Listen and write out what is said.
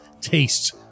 tastes